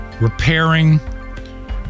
repairing